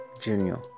junior